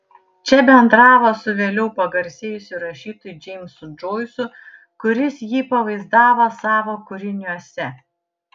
čia bendravo su vėliau pagarsėjusiu rašytoju džeimsu džoisu kuris jį pavaizdavo savo kūriniuose